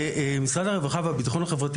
משרד הרווחה והביטחון החברתי,